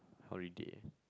holiday